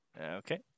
Okay